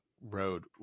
road